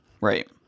Right